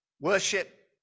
Worship